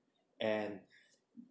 and